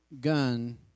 gun